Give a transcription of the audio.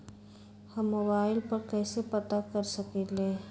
हम मोबाइल पर कईसे पता कर सकींले?